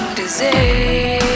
disease